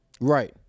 Right